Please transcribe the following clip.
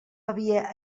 havia